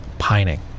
pining